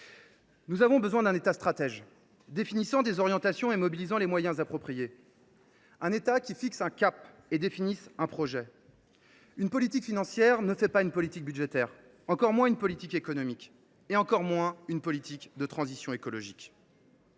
Nous avons besoin d’un État stratège qui détermine des orientations, mobilise les moyens appropriés et fixe un cap et définisse un projet. Une politique financière ne fait pas une politique budgétaire, encore moins une politique économique, et encore moins une politique de transition écologique.